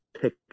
pick